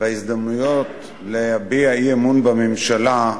בהזדמנויות להביע אי-אמון בממשלה,